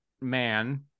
man